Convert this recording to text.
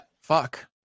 Fuck